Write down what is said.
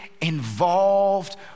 involved